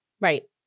Right